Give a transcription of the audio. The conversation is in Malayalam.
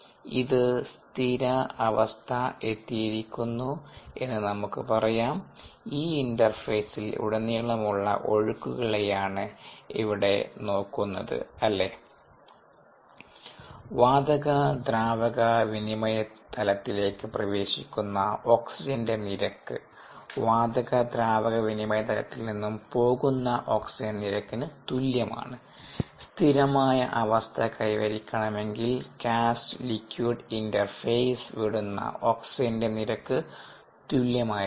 ഇത് സ്ഥിര അവസ്ഥ എത്തിയിരിക്കുന്നു എന്ന് നമുക്ക് പറയാം ഈ ഇന്റർഫെയിസിൽ ഉടനീളമുള്ള ഒഴുക്കുകളെയാണ് ഇവിടെ നോക്കുന്നത് അല്ലേ വാതക ദ്രാവക വിനിമയതലത്തിലേക്ക് പ്രവേശിക്കുന്ന ഓക്സിജന്റെ നിരക്ക് വാതക ദ്രാവക വിനിമയതലത്തിൽ നിന്നും പോകുന്ന ഓക്സിജന്റെ നിരക്കിന് തുല്യമാണ് സ്ഥിരമായ അവസ്ഥ കൈവരിക്കണമെങ്കിൽ ഗ്യാസ് ലിക്വിഡ് ഇന്റർഫേസ് വിടുന്ന ഓക്സിജന്റെ നിരക്ക് തുല്യമായിരിക്കണം